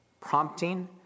prompting